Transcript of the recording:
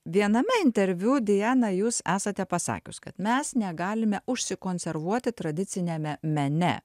viename interviu diana jūs esate pasakius kad mes negalime užsikonservuoti tradiciniame mene